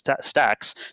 stacks